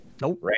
Nope